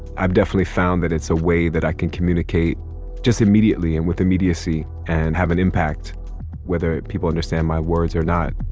i definitely found that it's a way that i can communicate just immediately and with immediacy and have an impact and whether people understand my words or not